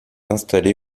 installé